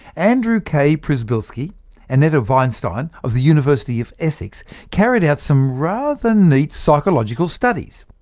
andrew k pryzbylski and netta weinstein of the university of essex carried out some rather neat psychological studies.